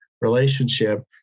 relationship